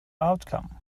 outcome